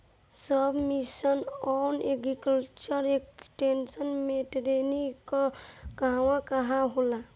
सब mission on agriculture extension मै टेरेनीं कहवा कहा होला?